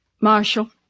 Marshall